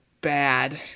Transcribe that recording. bad